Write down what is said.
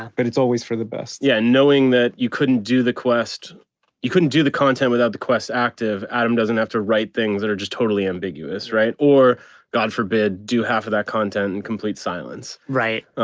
but it's always for the best yeah, knowing that you couldn't do the quest you couldn't do the content without the quest active adam doesn't have to write things that are just totally ambiguous. right or god forbid do half of that content and complete silence, right?